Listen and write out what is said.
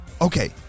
Okay